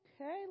Okay